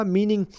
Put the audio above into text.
Meaning